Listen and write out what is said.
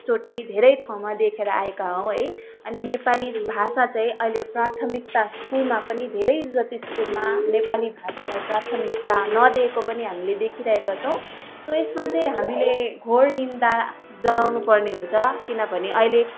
चोटि धेरै ठाउँमा देखेर आएका हौँ है अनि नेपाली भाषा चाहिँ अहिले प्राथमिकता स्कुलमा पनि धेरै जति स्कुलमा नेपाली भाषालाई प्राथमिकता नदिएको पनि हामीले देखिरहेका छौँ सो यसमा चाहिँ हामीले घोर निन्दा जनाउनु पर्ने हुन्छ किनभने अहिले